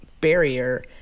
barrier